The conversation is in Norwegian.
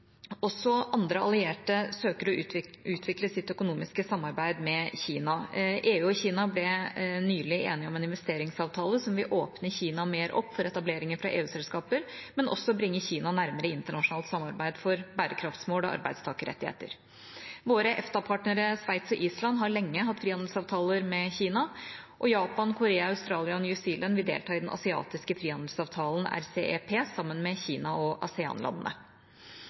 Også andre allierte søker å utvikle sitt økonomiske samarbeid med Kina. EU og Kina ble nylig enige om en investeringsavtale som vil åpne Kina mer opp for etableringer fra EU-selskaper, men også bringe Kina nærmere internasjonalt samarbeid for bærekraftsmål og arbeidstakerrettigheter. Våre EFTA-partnere Sveits og Island har lenge hatt frihandelsavtaler med Kina. Japan, Korea, Australia og New Zealand vil delta i den asiatiske frihandelsavtalen RCEP sammen med Kina og